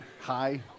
hi